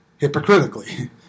hypocritically